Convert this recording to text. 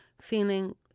feeling